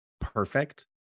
perfect